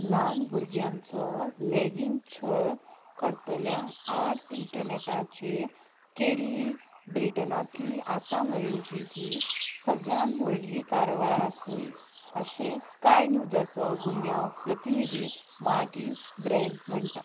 ल्हान भुरग्यांचो लैंगीक छळ करतल्यां आड इंटर्नेटाचेर केल्ली ब्रिटनांतली आतां मेरेनची हीं सगळ्यांत व्हडली कारवाय आसुंये अशें स्काय न्युजाचो गुन्यांव प्रतिनिधी मार्टीन ब्रँड म्हणटा